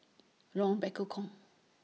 Lorong Bekukong